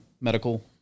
medical